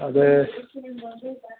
അത്